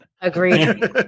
Agreed